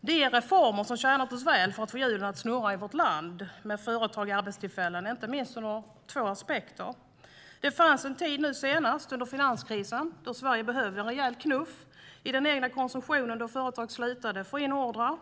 Det är reformer som har tjänat oss väl för att få hjulen att snurra i vårt land med företag och arbetstillfällen, inte minst ur två aspekter. Det fanns en tid under den senaste finanskrisen då Sverige behövde en rejäl knuff i den egna konsumtionen då företag slutade få in ordrar.